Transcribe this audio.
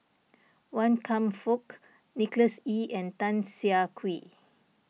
Wan Kam Fook Nicholas Ee and Tan Siah Kwee